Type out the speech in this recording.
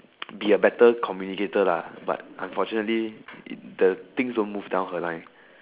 be a better communicator lah but unfortunately the things are move down her line